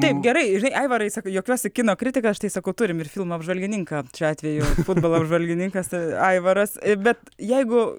taip gerai žinai aivarai sakai juokiuosi kino kritiką aš tai sakau turime ir filmo apžvalgininką šiuo atveju futbolo apžvalgininkas aivaras bet jeigu